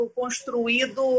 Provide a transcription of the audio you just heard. construído